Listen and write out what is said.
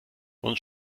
und